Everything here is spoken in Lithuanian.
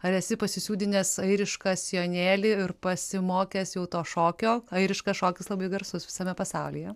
ar esi pasisiūdinęs airišką sijonėlį ir pasimokęs jau to šokio airiškas šokis labai garsus visame pasaulyje